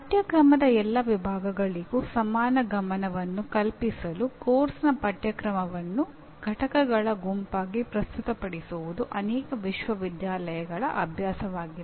ಪಠ್ಯಕ್ರಮದ ಎಲ್ಲಾ ವಿಭಾಗಗಳಿಗೂ ಸಮಾನ ಗಮನವನ್ನು ಕಲ್ಪಿಸಲು ಪಠ್ಯಕ್ರಮದ ಪಠ್ಯಸೂಚಿಗಳನ್ನು ಘಟಕಗಳ ಗುಂಪಾಗಿ ಪ್ರಸ್ತುತಪಡಿಸುವುದು ಅನೇಕ ವಿಶ್ವವಿದ್ಯಾಲಯಗಳ ಅಭ್ಯಾಸವಾಗಿದೆ